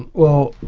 well,